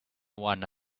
one